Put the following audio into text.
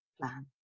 plan